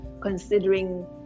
considering